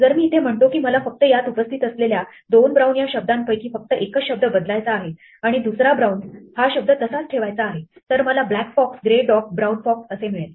जर मी इथे म्हणतो की मला फक्त यात उपस्थित असलेल्या दोन brown या शब्दांपैकी फक्त एकच शब्द बदलायचा आहे आणि दुसरा brown हा शब्द तसाच ठेवायचा आहे तर मला "black fox grey dog brown fox" असे मिळेल